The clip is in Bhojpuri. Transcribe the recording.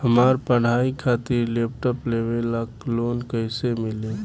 हमार पढ़ाई खातिर लैपटाप लेवे ला लोन कैसे मिली?